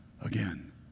again